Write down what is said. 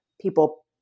people